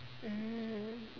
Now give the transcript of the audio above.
mm